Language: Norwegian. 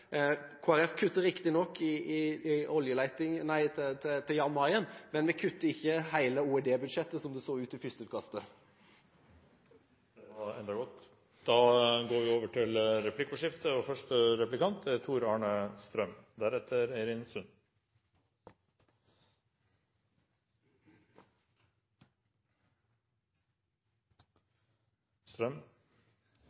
Folkeparti kutter riktig nok til Jan Mayen, men vi kutter ikke hele OED-budsjettet, som det så ut som i førsteutkastet. Det var enda godt. Da går vi over til replikkordskifte. Oljevirksomheten beveger seg i større og større grad nordover. Det er